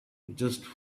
just